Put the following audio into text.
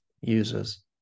users